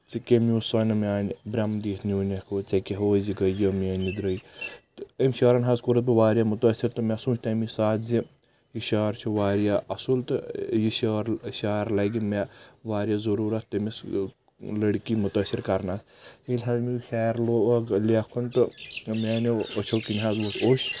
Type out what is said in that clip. ژٕ کٔمیو سۄنہٕ میانہِ بریم دِتھ نیونکھو ژےٚ کِہو زِ گیٲو میٲنی دٕرے تہٕ أمۍ شعارن حظ کوٚرُس بہٕ واریاہ زیادٕ مُتٲثر تہٕ مےٚ سونٛچ تمے ساتہٕ زِ یہِ شعار چھُ واریاہ اصٕل تہٕ یہِ شٲر شعار لگہِ مےٚ واریاہ ضرورتھ تٔمِس لڑکی مُتٲثر کرنس ییٚلہِ حظ مےٚ یہِ شعار لوگ لیکھُن تہٕ میانیو أچھو کِنۍ حظ وتھ اوٚش